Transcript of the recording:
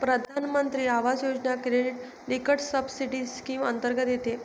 प्रधानमंत्री आवास योजना क्रेडिट लिंक्ड सबसिडी स्कीम अंतर्गत येते